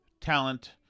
talent